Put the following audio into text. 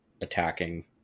attacking